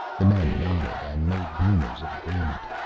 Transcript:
the men nodded and made murmurs of agreement.